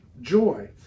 joy